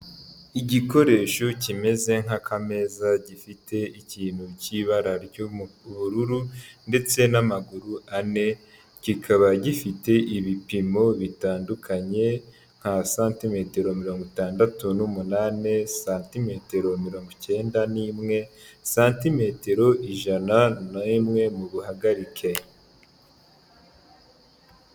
igikoresho kimeze nk'akameza gifite ikintu cy'ibara ry'ubururu ndetse n'amaguru ane kikaba gifite ibipimo bitandukanye nka santimetero mirongo itandatu n'umunani, santimetero mirongo icyenda n'imwe, snatimetero ijana n'imwe mu buhagarike.